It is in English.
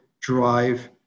drive